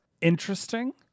interesting